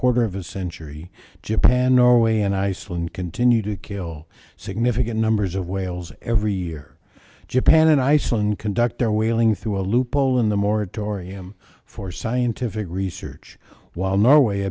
quarter of a century japan norway and iceland continue to kill significant numbers of whales every year japan and iceland conduct their whaling through a loophole in the moratorium for scientific research while norway